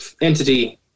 entity